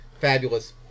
fabulous